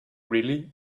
really